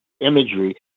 imagery